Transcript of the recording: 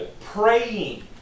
praying